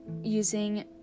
using